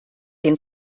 den